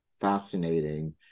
fascinating